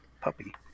puppy